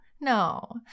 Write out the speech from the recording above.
no